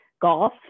golf